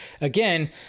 again